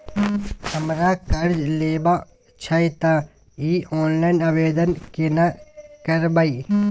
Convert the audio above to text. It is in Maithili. हमरा कर्ज लेबा छै त इ ऑनलाइन आवेदन केना करबै?